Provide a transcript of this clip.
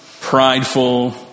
prideful